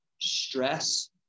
stress